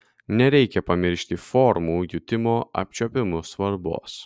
nereikia pamiršti formų jutimo apčiuopimu svarbos